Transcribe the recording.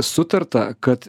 sutarta kad